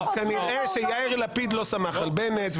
כנראה שיאיר לפיד לא סמך על בנט,